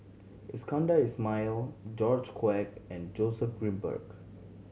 Iskandar Ismail George Quek and Joseph Grimberg